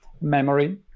memory